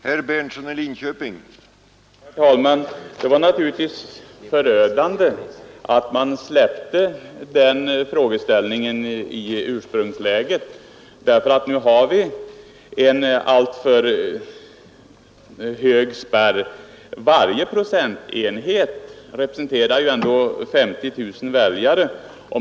Herr talman! Det var naturligtvis förödande att man släppte den frågeställningen i ursprungsläget. Därför har vi nu en alltför hög spärr. Varje procentenhet representerar ändå 50 000 väljare.